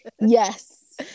Yes